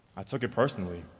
i took it personally.